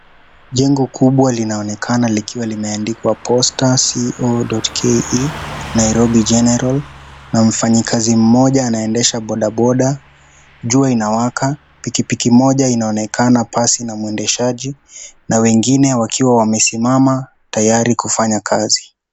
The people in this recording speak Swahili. Jengo kubwa linaonekana likiwa limeandikwa posta.co.ke Nairobi general, na mfanyikazi mmoja anaendesha bodaboda jua inawaka, pikipiki moja inaonekana basi na mwendeshaji na wengine wakiwa wamesoimama tayari kufanya kazi.